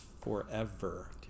forever